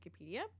Wikipedia